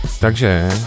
Takže